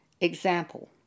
example